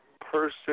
person